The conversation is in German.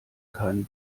keinen